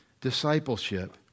discipleship